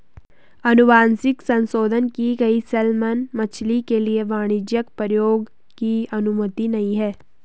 अनुवांशिक संशोधन की गई सैलमन मछली के लिए वाणिज्यिक प्रयोग की अनुमति नहीं है